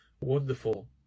wonderful